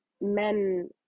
men